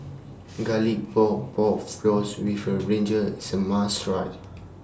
Garlic Pork and Pork Floss with Brinjal IS A must Try